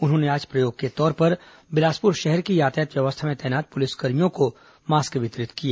उन्होंने आज प्रयोग के तौर पर बिलासपुर शहर की यातायात व्यवस्था में तैनात पुलिसकर्मियों को मास्क वितरित किए